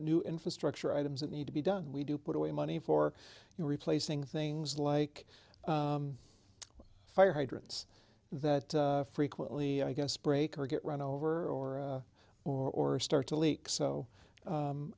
new infrastructure items that need to be done we do put away money for replacing things like fire hydrants that frequently i guess break or get run over or or start to leak so